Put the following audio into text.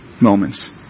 moments